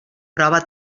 prova